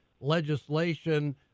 legislation